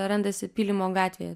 randasi pylimo gatvėje